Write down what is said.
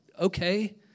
Okay